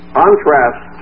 contrast